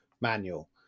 manual